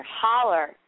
holler